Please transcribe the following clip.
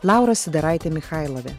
laura sidaraitė michailovė